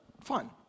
fun